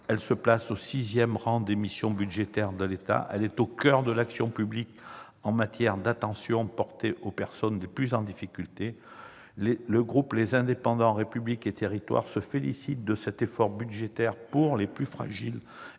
Elle se place au sixième rang des missions budgétaires de l'État. Elle est au coeur de l'action publique en matière d'attention portée aux personnes les plus en difficulté. Le groupe Les Indépendants - République et territoires se félicite de cet effort budgétaire au bénéfice des plus fragiles et